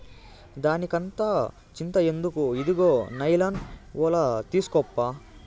దానికంత చింత ఎందుకు, ఇదుగో నైలాన్ ఒల తీస్కోప్పా